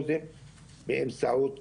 קודם כל,